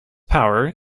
power